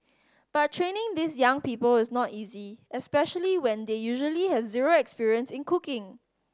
but training these young people is not easy especially when they usually have zero experience in cooking